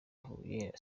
huye